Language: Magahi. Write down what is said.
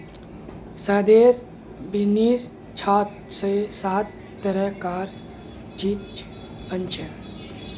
शहदेर बिन्नीर छात स सात तरह कार चीज बनछेक